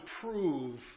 prove